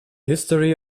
history